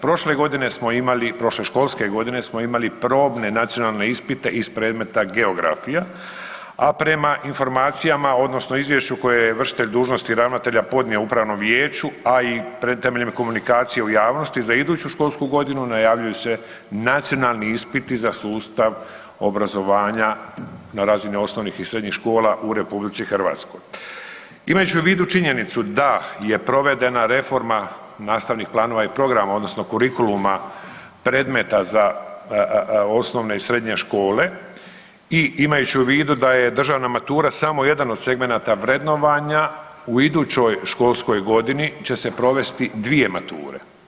Prošle godine smo imali, prošle školske godine smo imali probne nacionalne ispite iz predmeta geografija, a prema informacijama odnosno izvješću koje je vršitelj dužnosti ravnatelja podnio upravnom vijeću, a i temeljem komunikacije u javnosti za iduću školsku godinu najavljuju se nacionalni ispiti za sustav obrazovanja na razini osnovnih i srednjih škola u RH. imajući u vidu činjenicu da je provedena reforma nastavnih planova i programa odnosno kurikuluma predmeta za osnovne i srednje škole i imajući u vidu da je državna matura samo jedan od segmenata vrednovanja u idućoj školskoj godini će se provesti dvije mature.